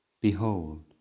Behold